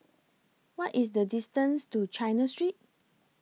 What IS The distance to China Street